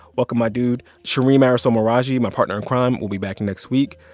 welcome, my dude shereen marisol meraji, my partner in crime, will be back next week.